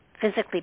physically